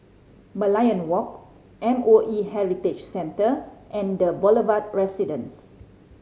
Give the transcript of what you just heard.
Merlion Walk M O E Heritage Centre and The Boulevard Residence